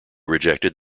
rejected